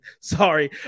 sorry